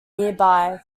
nearby